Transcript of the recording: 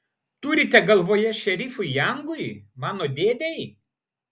turite galvoje šerifui jangui mano dėdei